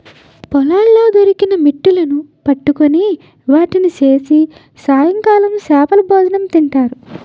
పొలాల్లో దొరికిన మిట్టలును పట్టుకొని వాటిని చేసి సాయంకాలం చేపలభోజనం తింటారు